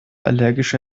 allergische